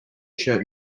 tshirt